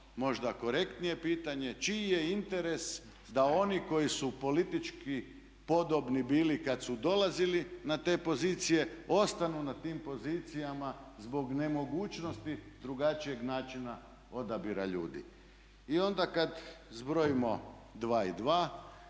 možda korektnije pitanje čiji je interes da oni koji su politički podobni bili kad su dolazili na te pozicije ostanu na tim pozicijama zbog nemogućnosti drugačijeg načina odabira ljudi. I onda kad zbrojimo dva i